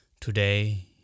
Today